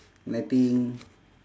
netting